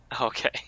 okay